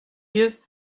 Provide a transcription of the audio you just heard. yeux